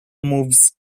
moves